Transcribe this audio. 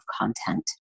content